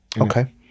Okay